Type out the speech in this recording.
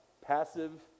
passive